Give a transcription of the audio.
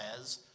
says